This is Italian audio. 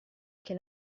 che